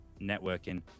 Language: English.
networking